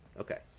Okay